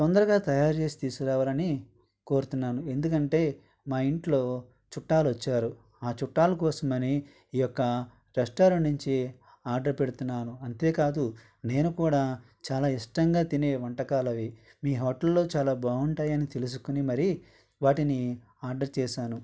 తొందరగా తయారు చేసి తీసుకురావాలని కోరుతున్నాను ఎందుకంటే మా ఇంట్లో చుట్టాలు వచ్చారు ఆ చుట్టాల కోసం అని ఈ యొక్క రెస్టారెంట్ నుంచి ఆర్డర్ పెడుతున్నాను అంతేకాదు నేను కూడా చాలా ఇష్టంగా తినే వంటకాలవి మీ హోటల్లో చాలా బాగుంటాయని తెలుసుకొని మరి వాటిని ఆర్డర్ చేశాను